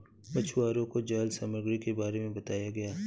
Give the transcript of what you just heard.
मछुवारों को जाल सामग्री के बारे में बताया गया